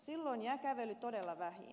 silloin jää kävely todella vähiin